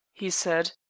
he said.